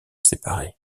séparé